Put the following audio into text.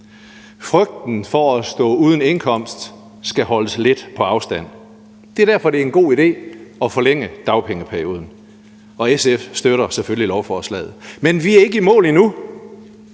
Frygten for at stå uden indkomst skal holdes lidt på afstand. Det er derfor, at det er en god idé at forlænge dagpengeperioden, og SF støtter selvfølgelig lovforslaget, men vi er ikke i mål endnu.